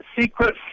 secret